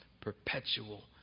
perpetual